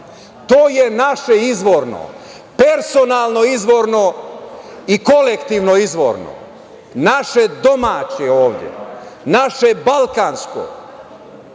To je naše izvorno, personalno izvorno i kolektivno izvorno, naše domaće, naše balkansko. Zato